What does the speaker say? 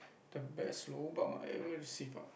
the best lobang I ever receive ah